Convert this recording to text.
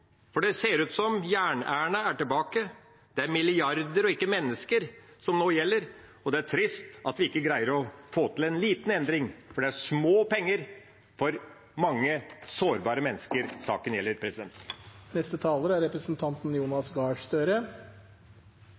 for det ser ut som om Jern-Erna er tilbake. Det er milliarder og ikke mennesker som nå gjelder. Det er trist at vi ikke greier å få til en liten endring, for det er små penger for mange sårbare mennesker saken gjelder.